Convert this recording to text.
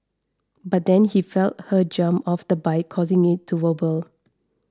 but then he felt her jump off the bike causing it to wobble